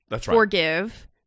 forgive